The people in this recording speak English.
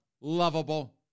lovable